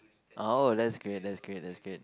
oh that's great that's great that's great